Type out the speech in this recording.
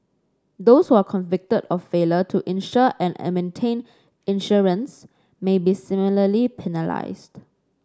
those who are convicted of failure to insure and maintain insurance may be similarly penalised